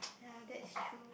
ya that's true